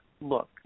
look